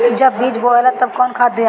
जब बीज बोवाला तब कौन खाद दियाई?